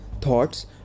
thoughts